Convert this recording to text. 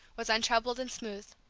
was untroubled and smooth.